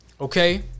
okay